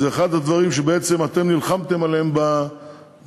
זה אחד הדברים שאתם נלחמתם עליהם בבחירות,